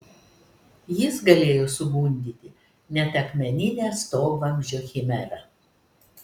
jis galėjo sugundyti net akmeninę stogvamzdžio chimerą